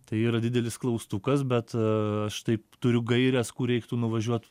tai yra didelis klaustukas bet aš taip turiu gaires kur reiktų nuvažiuot